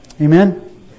Amen